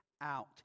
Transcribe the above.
out